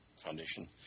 Foundation